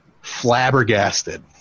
flabbergasted